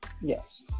yes